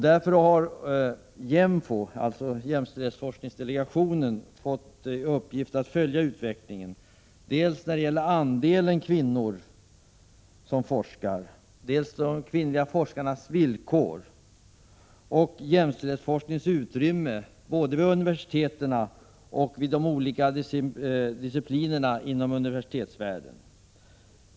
Därför har JÄMFO - jämställdhetsforskningsdelegationen — fått i uppgift att följa utvecklingen när det gäller dels andelen kvinnor som forskar, dels de kvinnliga forskarnas villkor, dels jämställdhetsforskningens utrymme både vid universiteten och vid de olika disciplinerna inom universitetsvärlden.